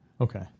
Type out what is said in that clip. Okay